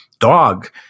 dog